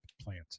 plant